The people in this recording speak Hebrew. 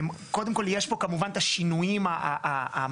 קודם כל יש פה כמובן את השינויים המתאימים,